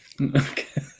Okay